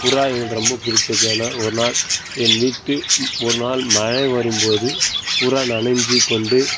புறா எனக்கு ரொம்ப பிடித்தது ஏன்னால் ஒரு நாள் என் வீட்டு ஒரு நாள் மழை வரும்போது புறா நனைஞ்சிக் கொண்டு